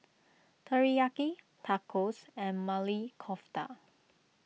Teriyaki Tacos and Maili Kofta